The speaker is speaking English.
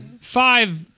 Five